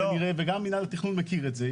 וגם מינהל התכנון מכיר את זה.